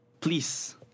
please